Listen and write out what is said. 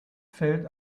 fällt